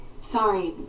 Sorry